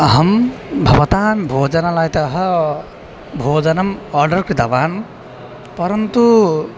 अहं भवतां भोजनलायतः भोजनम् आर्डर् कृतवान् परन्तु